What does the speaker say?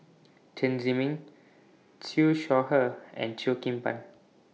Chen Zhiming Siew Shaw Her and Cheo Kim Ban